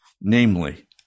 namely